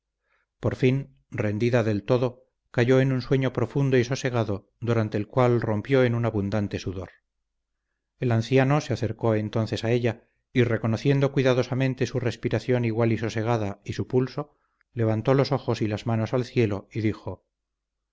por fin rendida del todo cayó en un sueño profundo y sosegado durante el cual rompió en un abundante sudor el anciano se acercó entonces a ella y reconociendo cuidadosamente su respiración igual y sosegada y su pulso levantó los ojos y las manos al cielo y dijo